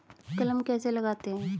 कलम कैसे लगाते हैं?